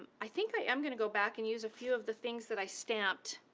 i think i am gonna go back and use a few of the things that i stamped